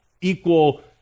equal